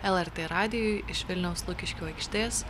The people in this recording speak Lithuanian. lrt radijui iš vilniaus lukiškių aikštės